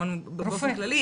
גם באופן כללי,